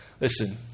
listen